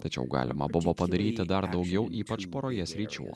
tačiau galima buvo padaryti dar daugiau ypač poroje sričių